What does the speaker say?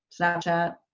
Snapchat